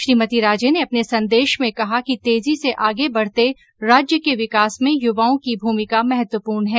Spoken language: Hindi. श्रीमती राजे ने अपने संदेश में कहा कि तेजी से आगे बढते राज्य के विकास में युवाओं की भूमिका महत्वपूर्ण है